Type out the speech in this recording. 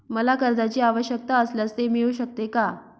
मला कर्जांची आवश्यकता असल्यास ते मिळू शकते का?